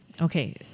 Okay